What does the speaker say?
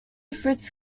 fritz